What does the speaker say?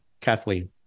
Kathleen